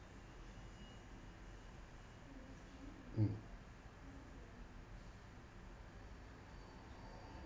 mm